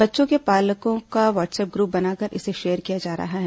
बच्चों के पालकों का वाट्सऐप ग्रूप बनाकर इसे शेयर किया जा रहा है